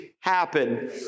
happen